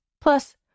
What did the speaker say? Plus